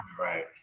right